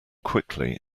quickly